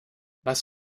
was